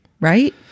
right